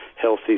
healthy